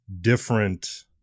different